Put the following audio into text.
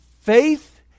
Faith